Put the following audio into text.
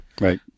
Right